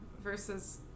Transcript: versus